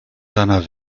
seiner